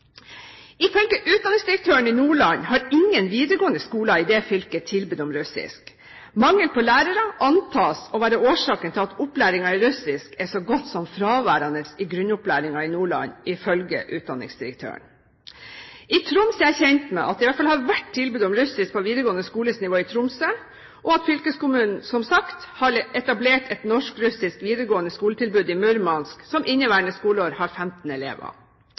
Ifølge utdanningsdirektøren i Nordland har ingen videregående skoler i det fylket tilbud om russisk. Mangel på lærere antas å være årsaken til at opplæring i russisk er så godt som fraværende i grunnopplæringen i Nordland, ifølge utdanningsdirektøren. Jeg er kjent med at det i Troms i hvert fall har vært tilbud om russisk på videregående skolenivå i Tromsø. Fylkeskommunen har som sagt etablert et norsk-russisk videregående skoletilbud i Murmansk som inneværende skoleår har 15 elever.